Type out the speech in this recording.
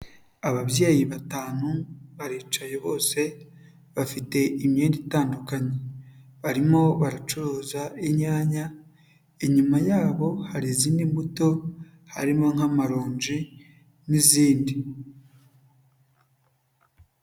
Ababyeyi batanu baricaye bose bafite imyenda itandukanye, barimo baracuruza inyanya, inyuma yabo hari izindi mbuto harimo n'amaronji n'izindi.